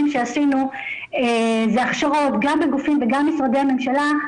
שעשינו זה הכשרות גם בגופים וגם משרדי הממשלה,